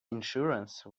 insurance